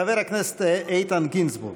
חבר הכנסת איתן גינזבורג.